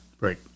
Right